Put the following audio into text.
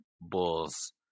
Bulls